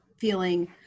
feeling